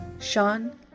Sean